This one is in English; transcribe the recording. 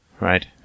Right